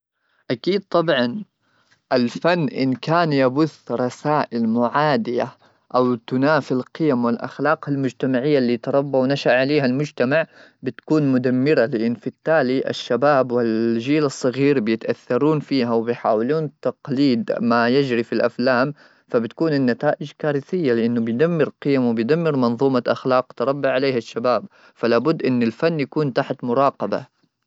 اكيد طبعا الفن ان كان يبث رسائل معاديه او تنافي القيم والاخلاق المجتمعيه التي تربوا نشا عليها المجتمع بتكون مدمره في التالي الشباب والجيل الصغير يتاثرون فيها ويحاولون تقليد ما يجري في الافلام فبتكون النتائج كارثيه لانه بيدمر قيمر منظومه اخلاق تربى عليها الشباب فلا بد ان الفن يكون تحت مراقبه.